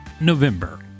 November